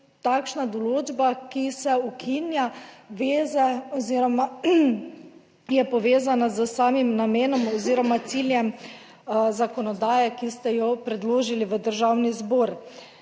takšna določba, ki se ukinja, veze oziroma je povezana s samim namenom oziroma ciljem zakonodaje, ki ste jo predložili v Državni zbor?